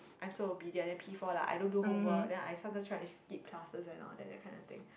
I'm so obedient then P-four like I don't do homework then I sometimes try to skip classes and all that that kind of thing